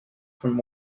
from